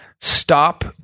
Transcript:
stop